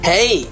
Hey